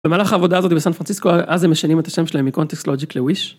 במהלך העבודה הזאת בסן פרנציסקו, אז הם משנים את השם שלהם מקונטקסט לוג'יק לוויש?